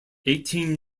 eighteen